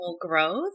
growth